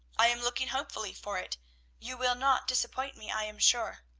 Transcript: i am looking hopefully for it you will not disappoint me i am sure.